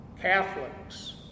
Catholics